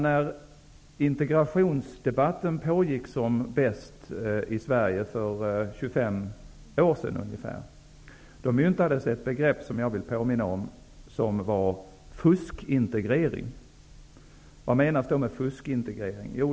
När integrationsdebatten pågick som bäst i Sverige för ungefär 25 år sedan, myntades ett begrepp som jag vill påminna om. Det var fuskintegrering. Vad menas då med fuskintegrering?